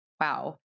Wow